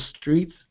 streets